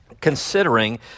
considering